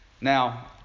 Now